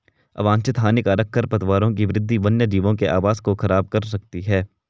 अवांछित हानिकारक खरपतवारों की वृद्धि वन्यजीवों के आवास को ख़राब कर सकती है